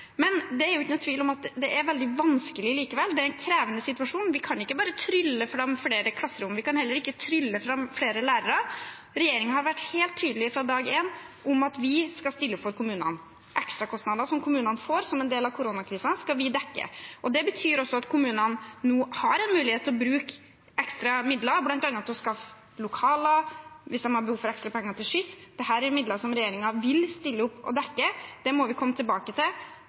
er jo ingen tvil om at det er veldig vanskelig likevel, det er en krevende situasjon. Vi kan ikke bare trylle fram flere klasserom, vi kan heller ikke trylle fram flere lærere. Regjeringen har fra dag én vært helt tydelig på at vi skal stille opp for kommunene. Ekstrakostnader som kommunene får som en del av koronakrisen, skal vi dekke. Det betyr også at kommunene nå har en mulighet til å bruke ekstra midler, bl.a. til å skaffe lokaler og ekstra penger til skyss, hvis de har behov for det – dette er midler som regjeringen vil stille opp med å dekke. Det må vi komme tilbake til